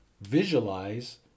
Visualize